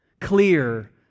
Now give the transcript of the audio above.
Clear